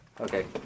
Okay